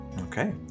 okay